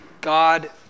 God